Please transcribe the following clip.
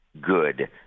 good